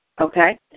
Okay